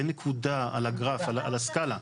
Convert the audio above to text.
אין נקודה על הגרף, על הסקאלה,